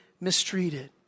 mistreated